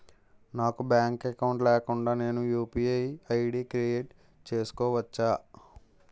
నాకు bank account లేకుండా నేను యు.పి.ఐ ఐ.డి క్రియేట్ చేసుకోవచ్చా?